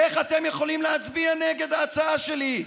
איך אתם יכולים להצביע נגד ההצעה שלי?